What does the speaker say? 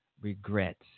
regrets